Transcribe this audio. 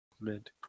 Mid